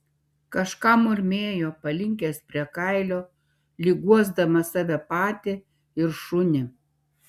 kažką murmėjo palinkęs prie kailio lyg guosdamas save patį ir šunį